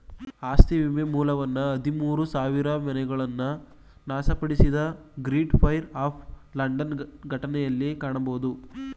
ಆಸ್ತಿ ವಿಮೆ ಮೂಲವನ್ನ ಹದಿಮೂರು ಸಾವಿರಮನೆಗಳನ್ನ ನಾಶಪಡಿಸಿದ ಗ್ರೇಟ್ ಫೈರ್ ಆಫ್ ಲಂಡನ್ ಘಟನೆಯಲ್ಲಿ ಕಾಣಬಹುದು